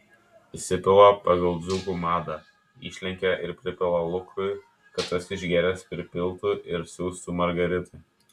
įsipila pagal dzūkų madą išlenkia ir pripila lukui kad tas išgėręs pripiltų ir siųstų margaritai